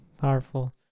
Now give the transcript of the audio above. Powerful